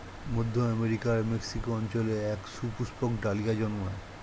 মধ্য আমেরিকার মেক্সিকো অঞ্চলে এক সুপুষ্পক ডালিয়া জন্মায়